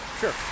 Sure